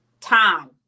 time